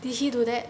did he do that